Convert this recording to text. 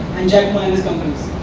jack ma an his companies